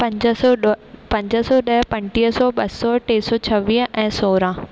पंज सौ ॾह पंज सौ ॾह पंटीह सौ ॿ सौ टे सौ छवीह ऐं सोरहं